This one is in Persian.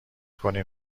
کنیم